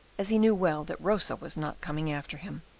as he knew well that rosa was not coming after him.